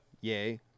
Yay